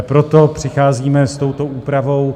Proto přicházíme s touto úpravou.